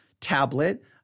tablet